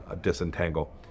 disentangle